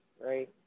Right